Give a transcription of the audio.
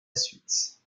suite